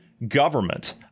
government